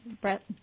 Brett